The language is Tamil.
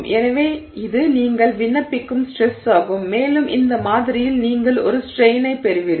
எனவே இது நீங்கள் விண்ணப்பிக்கும் ஸ்ட்ரெஸ் ஆகும் மேலும் இந்த மாதிரியில் நீங்கள் ஒரு ஸ்ட்ரெய்னை பெறுவீர்கள்